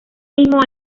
mismo